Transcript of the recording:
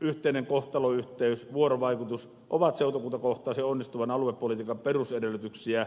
yhteinen kohtalonyhteys ja vuorovaikutus ovat seutukuntakohtaisen onnistuvan aluepolitiikan perusedellytyksiä